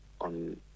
on